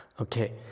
Okay